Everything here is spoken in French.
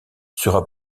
sera